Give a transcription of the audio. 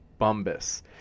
Bumbus